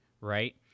right